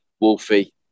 Wolfie